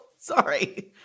Sorry